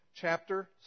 chapter